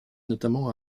notamment